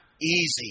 easy